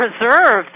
preserve